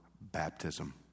baptism